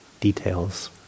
details